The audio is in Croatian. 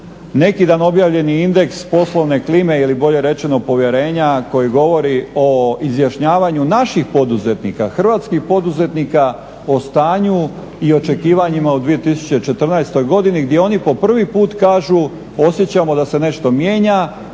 neki dan objavljeni indeks poslovne klime ili bolje rečeno povjerenja koji govori o izjašnjavanju naših poduzetnika, hrvatskih poduzetnika o stanju i očekivanjima u 2014. godini gdje oni po prvi put kažu osjećamo da se nešto mijenja